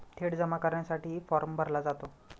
थेट जमा करण्यासाठीही फॉर्म भरला जातो